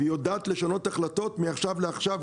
היא יודעת לשנות החלטות מעכשיו לעכשיו,